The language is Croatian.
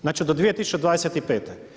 Znači do 2025.